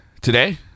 today